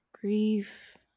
grief